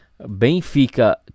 Benfica